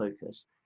focus